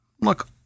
look